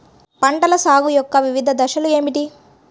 పంటల సాగు యొక్క వివిధ దశలు ఏమిటి?